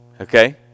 Okay